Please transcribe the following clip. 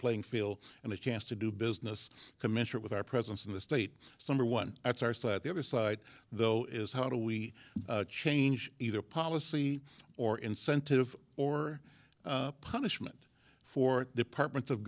playing field and a chance to do business commensurate with our presence in the state some are one that's our side the other side though is how do we change either policy or incentive or punishment for departments of